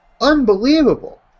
Unbelievable